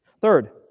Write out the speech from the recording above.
Third